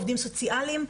עובדים סוציאליים.